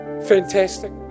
fantastic